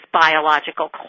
biological